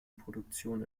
produktion